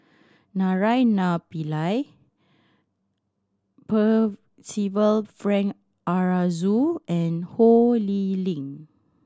Naraina Pillai Percival Frank Aroozoo and Ho Lee Ling